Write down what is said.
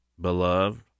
Beloved